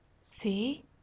See